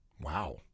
Wow